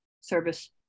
service